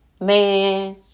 man